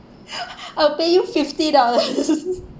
I'll pay you fifty dollars